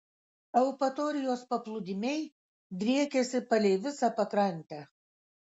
eupatorijos paplūdimiai driekiasi palei visą pakrantę